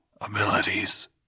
abilities